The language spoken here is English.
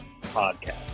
Podcast